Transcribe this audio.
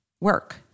work